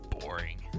boring